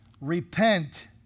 repent